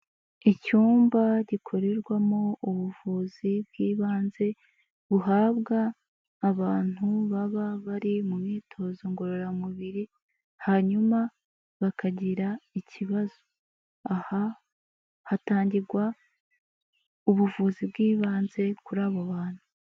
Icyumba gikorerwamo ubuvuzi bw'ibanze buhabwa abantu baba bari mu myitozo ngororamubiri hanyuma bakagira ikibazo, aha hatangirwa ubuvuzi bw'ibanze kuri abo bantu.